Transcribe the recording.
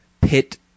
pit